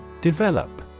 Develop